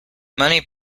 money